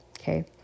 okay